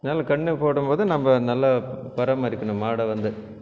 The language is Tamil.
அதனால கன்று போடும்போது நம்ம நல்லா பராமரிக்கணும் மாடை வந்து